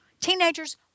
Teenagers